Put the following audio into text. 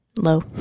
low